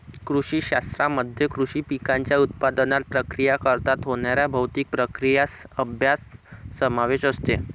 कृषी शास्त्रामध्ये कृषी पिकांच्या उत्पादनात, प्रक्रिया करताना होणाऱ्या भौतिक प्रक्रियांचा अभ्यास समावेश असते